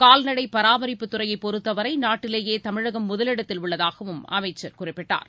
கால்நடை பராமரிப்புத் துறையை பொறுத்தவரை நாட்டிலேயே தமிழகம் முதலிடத்தில் உள்ளதாகவும் அமைச்சர் குறிப்பிட்டார்